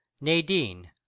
nadine